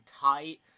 tight